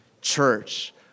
church